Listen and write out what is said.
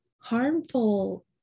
harmful